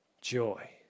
joy